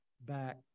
back